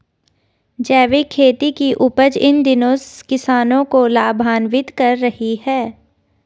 जैविक खेती की उपज इन दिनों किसानों को लाभान्वित कर रही है